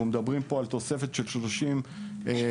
אנחנו מדברים פה על תוספת של 30 תקנים.